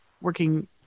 working